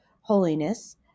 Holiness